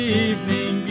evening